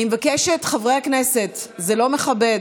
אני מבקשת, חברי הכנסת, זה לא מכבד.